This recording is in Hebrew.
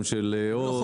גם של הוט,